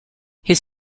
his